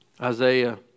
Isaiah